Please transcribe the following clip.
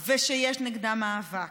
שיש נגדה מאבק,